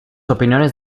opiniones